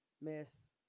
miss